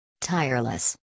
tireless